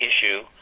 issue